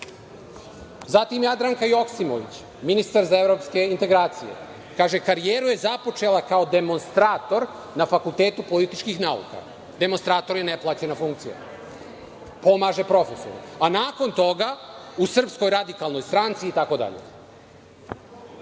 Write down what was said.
Jadranka Joksimović, ministar za evropske integracije, kaže – karijeru je započela kao demonstrator na Fakultetu političkih nauka. Demonstrator je neplaćena funkcija, pomaže profesoru, a nakon toga u SRS itd. Imamo i Vladana